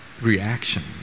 Reaction